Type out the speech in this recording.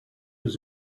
was